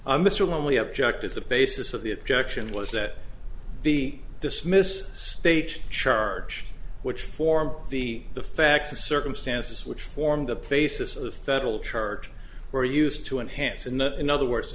a mr lonely object is the basis of the objection was that the dismiss stage charge which form the the facts of circumstances which formed the basis of the federal charge were used to enhance and in other words the